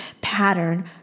pattern